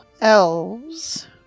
Elves